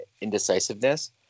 indecisiveness